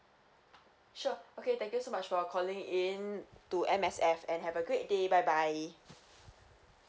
sure okay thank you so much for calling in to M_S_F and have a great day bye bye